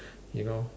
you know